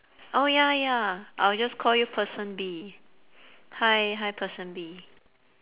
oh ya ya I'll just call you person B hi hi person B